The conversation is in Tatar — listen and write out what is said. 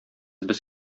без